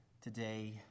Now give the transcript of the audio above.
today